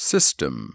System